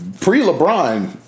pre-LeBron